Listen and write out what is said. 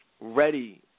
Ready